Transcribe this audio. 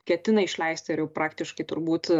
ketina išleist ir jau praktiškai turbūt